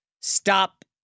Stop